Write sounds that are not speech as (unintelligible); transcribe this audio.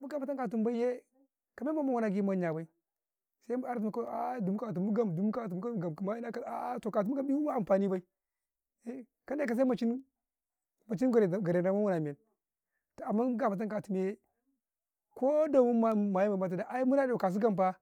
muga matun katin bay yee, ka men men ɗi ma wuna agii manya bay, sai muyaru a'ah mudu mu katum mu mu gam, a'ahma in a kara, toh dumu ka tum gam ma naiina anfani bay, (hesitation) kane ka sai mucum gare ga muna men, to amman gama tun ka yee, ko dawun ma ya, (unintelligible) aii muna eh ka su gam faa.